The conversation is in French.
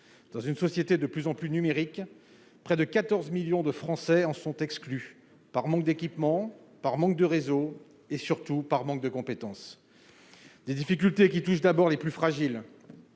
dans une société de plus en plus numérique près de 14 millions de Français en sont exclus, par manque d'équipement par manque de réseau et surtout par manque de compétences. Des difficultés qui touchent d'abord les plus fragiles,